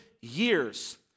years